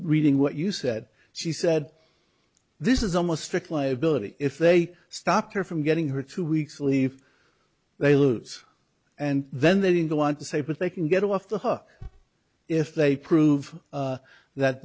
reading what you said she said this is almost strict liability if they stop her from getting her two weeks leave they lose and then they're in the want to say but they can get off the hook if they prove that